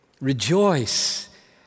rejoice